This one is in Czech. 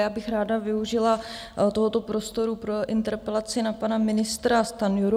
Já bych ráda využila tohoto prostoru pro interpelaci na pana ministra Stanjuru.